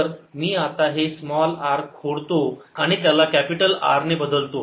तर मी आता हे स्मॉल r खोडतो आणि त्याला कॅपिटल R ने बदलतो